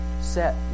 set